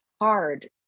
hard